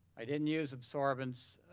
i didn't use absorbents.